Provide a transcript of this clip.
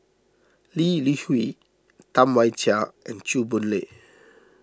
Lee Li Hui Tam Wai Jia and Chew Boon Lay